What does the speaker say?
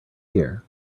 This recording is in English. here